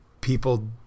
People